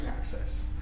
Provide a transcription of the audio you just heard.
access